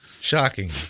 Shocking